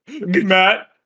Matt